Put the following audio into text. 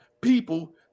people